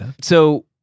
So-